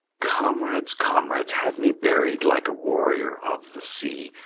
comrades, comrades, have me buried like a warrior of the sea,